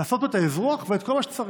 לעשות פה את האזרוח ואת כל מה שצריך.